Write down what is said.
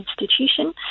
institution